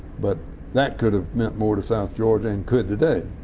but that could have meant more to south georgia and could today,